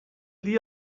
dia